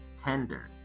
tender